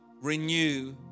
Renew